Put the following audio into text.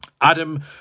Adam